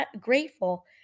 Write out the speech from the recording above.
grateful